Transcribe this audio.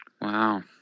Wow